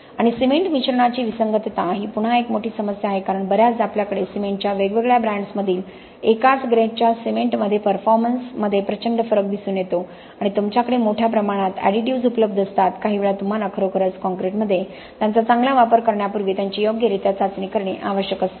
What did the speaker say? आणि सिमेंट मिश्रणाची विसंगतता ही पुन्हा एक मोठी समस्या आहे कारण बर्याचदा आपल्याकडे सिमेंटच्या वेगवेगळ्या ब्रँड्समधील एकाच ग्रेड च्या सीमेंट मध्ये परफॉर्मेंस मध्ये प्रचंड फरक दिसून येतो आणि तुमच्याकडे मोठ्या प्रमाणात एडिटिव्ह्ज उपलब्ध असतात काहीवेळा तुम्हाला खरोखरच कॉंक्रिटमध्ये त्यांचा चांगला वापर करण्यापूर्वी त्यांची योग्यरित्या चाचणी करणे आवश्यक असते